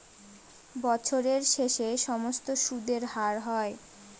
বছরের শেষে সমস্ত সুদের হার হয়